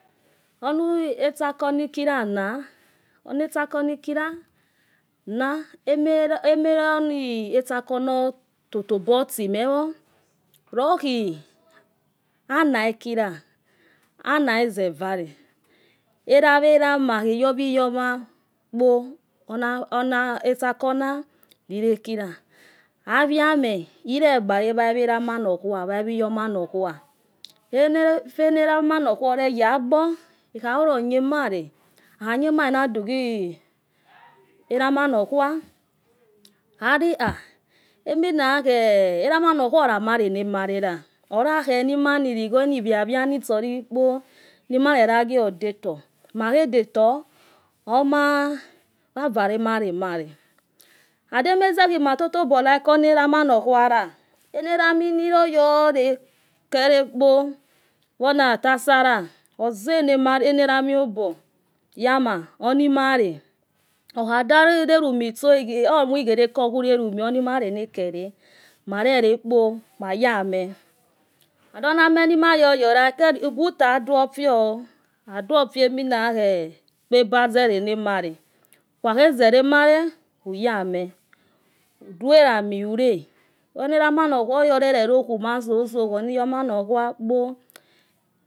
Ona etsako nikilana. ona. etsauo. nikila. ama rona etsako totobo timewo khi ana. likila, ano. lize uaro. erawa erama. lagi iwoma. analege uarekpo ona ona. etsako na lilekilu auoame oleuhare wa awo erama nokhua lago awa womanokhua. efe na erama nokhua oreya agbor akua knhew male. nadugui erama nokuua, nwkha erama nokhua olama lonamale la. olakhonimani wa urabnitsolikpo. mareyaghoodaietor. makchekuedator, oma. wauare malemale. and amaze matotobo uke ona erama nokhuala enalaminiloye kerekpo. wona. atasala. oze nalami oboyama onimale, omukuokhela. ko khulamo, omalanakere. marole kpo. mayame. and ona ame nimagola buta laduofio. uduofie emi nakue ebozelena male. ukhakheze lemace uga amo. udua clami ule, ona erama nokuua oyolorolokhumalepo kaoni iwoma nokhua